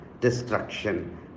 destruction